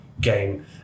game